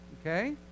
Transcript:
Okay